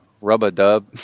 Rub-a-Dub